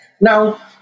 Now